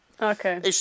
Okay